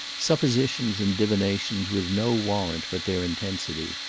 suppositions and divinations with no warrant but their intensity.